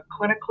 clinically